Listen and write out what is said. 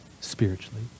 spiritually